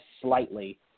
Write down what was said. slightly